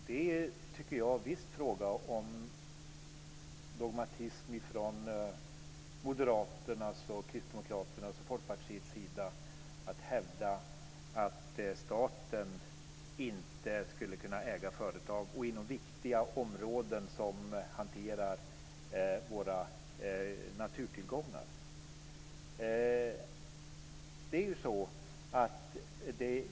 Herr talman! Det är visst en fråga om dogmatism från Moderaternas, Kristdemokraternas och Folkpartiets sida att hävda att staten inte skulle kunna äga företag inom viktiga områden som hanterar våra naturtillgångar.